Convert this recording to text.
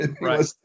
Right